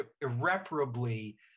irreparably